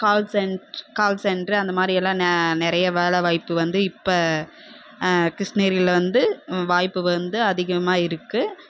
கால் centre call centre அந்த மாரி எல்லாம் நிறைய வேலை வாய்ப்பு வந்து இப்போ கிரிஷ்ணகிரியில வந்து வாய்ப்பு வந்து அதிகமாக இருக்கு